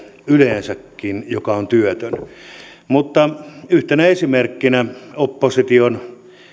yleensäkin työntekijä joka on työtön ja yhtenä esimerkkinä opposition